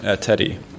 Teddy